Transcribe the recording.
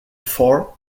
four